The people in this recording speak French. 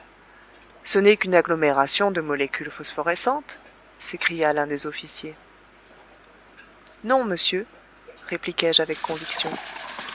ce n'est qu'une agglomération de molécules phosphorescentes s'écria l'un des officiers non monsieur répliquai-je avec conviction